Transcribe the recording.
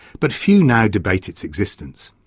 but few now debate its existence.